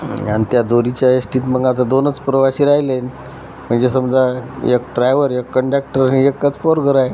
आणि त्या दोरीच्या येश्टीत मग आता दोनच प्रवासी राहिले म्हणजे समजा एक ड्रायवर एक कंडक्टर एकच पोरगं राही